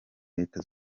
leta